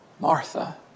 Martha